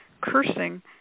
Cursing